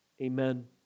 amen